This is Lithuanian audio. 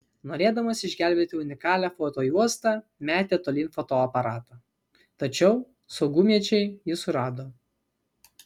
norėdamas išgelbėti unikalią fotojuostą metė tolyn fotoaparatą tačiau saugumiečiai jį surado